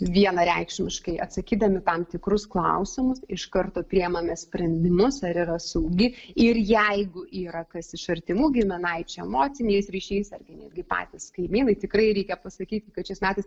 vienareikšmiškai atsakydami tam tikrus klausimus iš karto priimame sprendimus ar yra saugi ir jeigu yra kas iš artimų giminaičių emociniais ryšiais ar netgi patys kaimynai tikrai reikia pasakyti kad šiais metais